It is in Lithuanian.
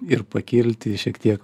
ir pakilti šiek tiek